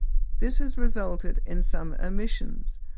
this has resulted in some omissions.